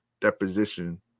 deposition